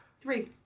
Three